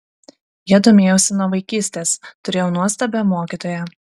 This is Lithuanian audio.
ja domėjausi nuo vaikystės turėjau nuostabią mokytoją